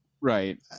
right